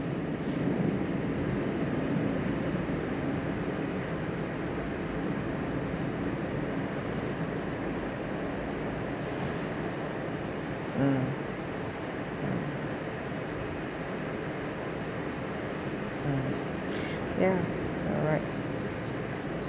mm ya alright